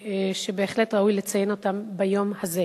שבהחלט ראוי לציין אותם ביום הזה.